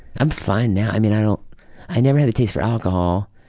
i'm fine now, i mean, i i never had a taste for alcohol.